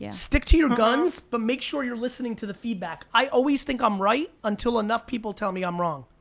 yeah stick to your guns, but make sure you're listening to the feedback. i always think i'm right, until enough people tell me i'm wrong,